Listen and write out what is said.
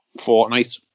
fortnight